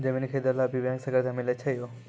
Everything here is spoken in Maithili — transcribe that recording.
जमीन खरीदे ला भी बैंक से कर्जा मिले छै यो?